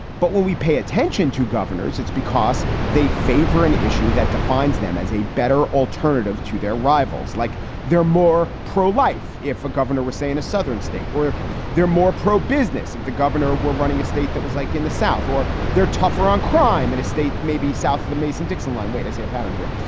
but when we pay attention to governors, it's because they favor an issue that defines them as a better alternative to their rivals, like they're more pro-life. if a governor were saying a southern state or they're more pro-business, if the governor were running a state that was like in the south or they're tougher on crime in a state maybe south of the mason-dixon line. wait, i see a a pattern here.